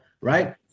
right